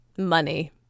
money